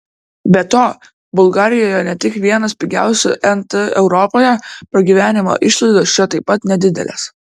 be to bulgarijoje ne tik vienas pigiausių nt europoje pragyvenimo išlaidos čia taip pat nedidelės